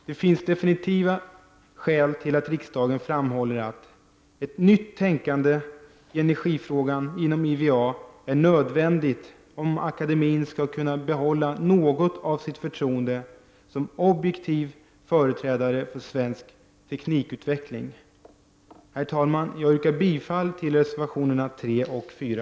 Det finns definitivt skäl till att riksdagen framhåller att ett nytänkande i energifrågan inom IVA är nödvändigt, om akademin skall kunna behålla något av sitt förtroende som en objektiv företrädare för svensk teknikutveckling. Herr talman! Jag yrkar bifall till reservationerna 3 och 4.